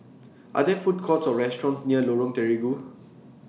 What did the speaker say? Are There Food Courts Or restaurants near Lorong Terigu